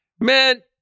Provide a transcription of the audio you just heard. Man